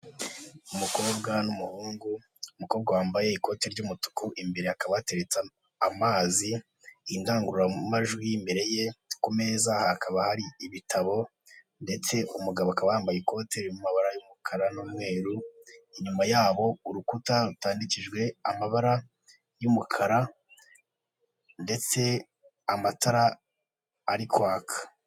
Umukobwa n'umuhungu, umukobwa wambaye ikoti ry'umutuku imbere hakaba hateretse amazi, indangururamajwi, imbere ye kumeza hakaba hari ibitabo ndetse umugabo akaba yambaye ikoti riri mumabara y'umukara n'umweru inyuma yabo urukuta rutandikijwe amabara y'umukara ndetse amatara ari kwaka.